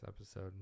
episode